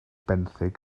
benthyg